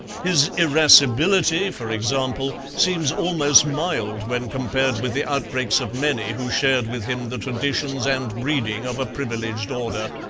his irascibility, for example, seems almost mild when compared with the outbreaks of many who shared with him the traditions and breeding of a privileged order.